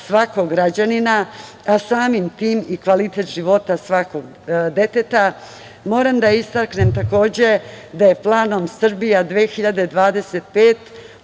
svakog građanina, a samim tim i kvalitet života svakog deteta. Moram da istaknem da je planom Srbija 2025